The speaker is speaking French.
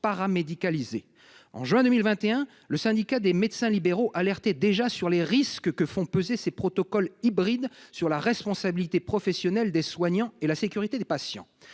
paramédicalisées. En juin 2021, le syndicat des médecins libéraux alertait déjà sur les risques que font peser ces protocoles hybrides sur la responsabilité professionnelle des soignants et la sécurité des patients.